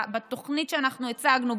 בתוכנית שהצגנו,